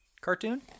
cartoon